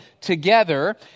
together